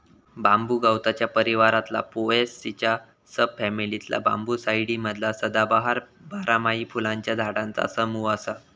बांबू गवताच्या परिवारातला पोएसीच्या सब फॅमिलीतला बांबूसाईडी मधला सदाबहार, बारमाही फुलांच्या झाडांचा समूह असा